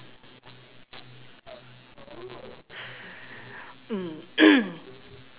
mm